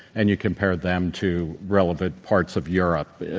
and you compare them to relevant parts of europe,